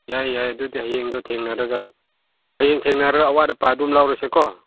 ꯌꯥꯏꯌꯦ ꯌꯥꯏꯌꯦ ꯑꯗꯨꯗꯤ ꯍꯌꯦꯡꯗꯣ ꯊꯦꯡꯅꯔꯒ ꯍꯌꯦꯡ ꯊꯦꯡꯅꯔꯒ ꯑꯋꯥꯠ ꯑꯄꯥ ꯑꯗꯨꯝ ꯂꯧꯔꯁꯤꯀꯣ